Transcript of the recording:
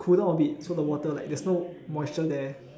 cool down a bit so the water like there's no moisture there